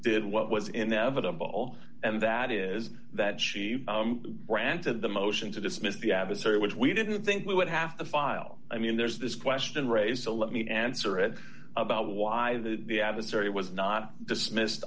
did what was inevitable and that is that she granted the motion to dismiss the adversary which we didn't think we would have to file i mean there's this question raised to let me answer it about why that the ad was very was not dismissed